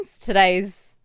Today's